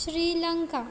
Sri Lanka